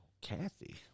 Kathy